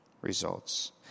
results